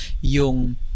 yung